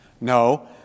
No